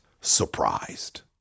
surprised